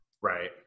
Right